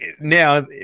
now